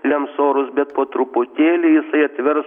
lems orus bet po truputėlį jisai atvers